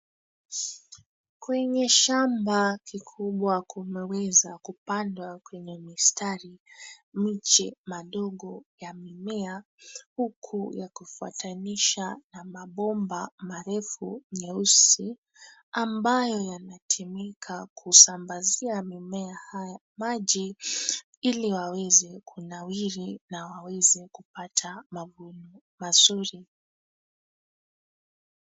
Kwenye shamba kikubwa kunaweza kupandwa kwenye mistari miche madogo ya mimea huku yakifuatanisha na mabomba marefu nyeusi ambayo yanatumika kusambazia mimea haya maji ili waweza kunawiri na waweze kupata maguu mazuri.